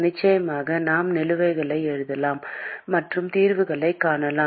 நிச்சயமாக நாம் நிலுவைகளை எழுதலாம் மற்றும் தீர்வுகளைக் காணலாம்